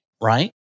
right